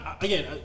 again